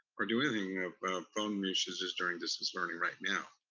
or do anything of phone misuses during distance learning right now?